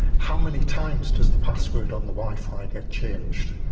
how many times does the password on the wi-fi get changed,